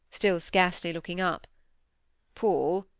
still scarcely looking up paul,